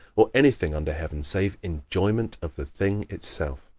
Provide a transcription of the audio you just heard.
or anything under heaven save enjoyment of the thing itself.